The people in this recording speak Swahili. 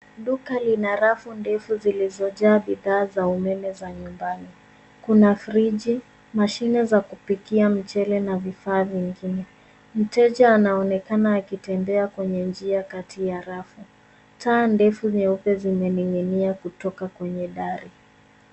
Duka lina rafu ndefu zilizojaa bidhaa za umeme za nyumbani. Kuna friji, mashine za kupikia mchele na vifaa vingine. Mteja anaonekana akitembea kwenye njia kati ya rafu. Taa ndefu zimeonekana zikinining’inia kutoka kwenye dari.